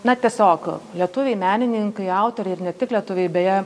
na tiesiog lietuviai menininkai autoriai ir ne tik lietuviai beje